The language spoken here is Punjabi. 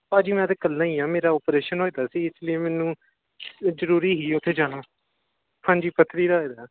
ਭਾਅ ਜੀ ਮੈਂ ਤਾਂ ਇਕੱਲਾ ਹੀ ਹਾਂ ਮੇਰਾ ਓਪਰੇਸ਼ਨ ਹੋਇਆ ਦਾ ਸੀ ਇਸ ਲਈ ਮੈਨੂੰ ਜ਼ਰੂਰੀ ਸੀ ਉੱਥੇ ਜਾਣਾ ਹਾਂਜੀ ਪੱਥਰੀ ਦਾ ਹੋਇਆ ਦਾ